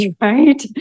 right